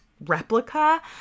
replica